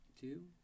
Two